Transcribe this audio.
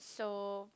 so